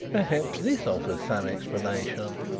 perhaps this offers some explanation,